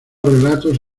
relatos